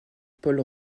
paul